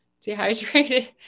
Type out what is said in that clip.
dehydrated